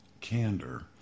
candor